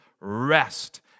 rest